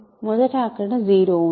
మొదట అక్కడ 0 ఉంది